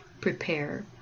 prepare